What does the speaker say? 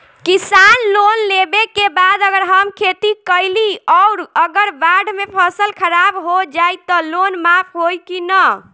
किसान लोन लेबे के बाद अगर हम खेती कैलि अउर अगर बाढ़ मे फसल खराब हो जाई त लोन माफ होई कि न?